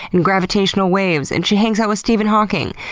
and gravitational waves, and she hangs out with stephen hawking.